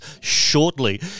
shortly